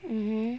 mmhmm